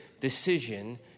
Decision